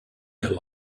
their